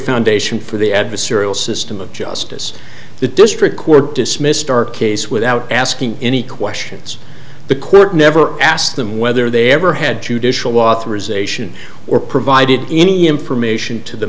foundation for the adversarial system of justice the district court dismissed our case without asking any questions the clerk never asked them whether they ever had judicial authorization or provided any information to the